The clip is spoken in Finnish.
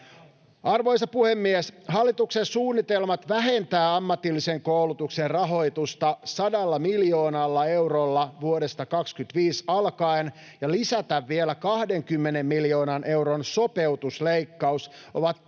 Arvoisa puhemies! Hallituksen suunnitelmat vähentää ammatillisen koulutuksen rahoitusta 100 miljoonalla eurolla vuodesta 25 alkaen ja lisätä vielä 20 miljoonan euron sopeutusleikkaus ovat täysin